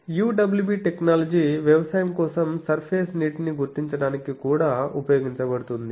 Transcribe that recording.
UWB technology వ్యవసాయం కోసం surface నీటిని గుర్తించడానికి కూడా ఉపయోగించబడుతుంది